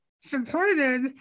supported